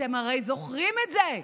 אתם הרי זוכרים את זה.